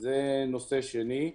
זה נושא שני.